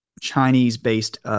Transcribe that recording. Chinese-based